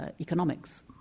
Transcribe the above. economics